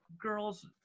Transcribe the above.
girls